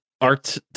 art